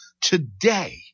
today